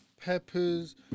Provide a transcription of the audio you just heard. peppers